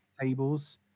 tables